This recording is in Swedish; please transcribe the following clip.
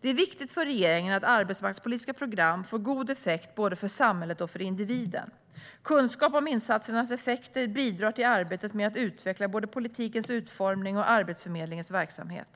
Det är viktigt för regeringen att arbetsmarknadspolitiska program får god effekt både för samhället och för individen. Kunskap om insatsernas effekter bidrar till arbetet med att utveckla både politikens utformning och Arbetsförmedlingens verksamhet.